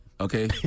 Okay